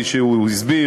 כפי שהוא הסביר,